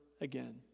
again